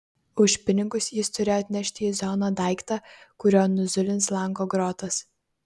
už pinigus jis turėjo atnešti į zoną daiktą kuriuo nuzulins lango grotas